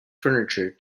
furniture